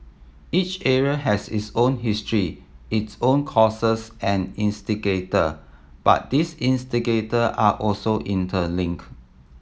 each area has its own history its own causes and instigator but these instigator are also interlinked